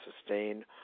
sustain